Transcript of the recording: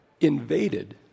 invaded